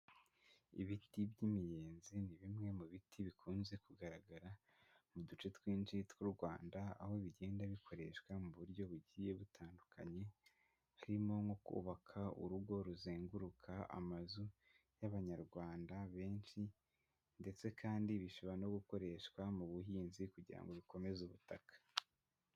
Ibiti by'imiyenzi ni bimwe mu biti bikunze kugaragara mu duce twinshi tw'urwanda, aho bigenda bikoreshwa mu buryo bugiye butandukanye harimo, nko kubaka urugo ruzenguruka amazu y'Abanyarwanda benshi, ndetse kandi bishobora no gukoreshwa mu buhinzi kugira ngo bikomeze ubutaka.